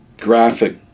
graphic